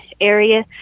area